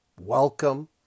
welcome